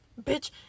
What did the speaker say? bitch